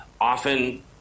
often